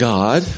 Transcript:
God